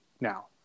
now